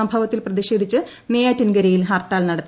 സംഭവത്തിൽ പ്രതിഷേധിച്ച് നെയ്യാറ്റിൻകര യിൽ ഹർത്താൽ നടത്തി